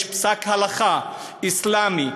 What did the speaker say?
יש פסק הלכה אסלאמי,